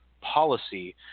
policy